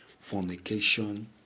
fornication